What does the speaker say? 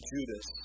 Judas